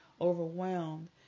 overwhelmed